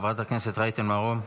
חברת הכנסת רייטן מרום.